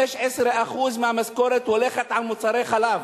5% 10% מהמשכורת הולכת על מוצרי חלב.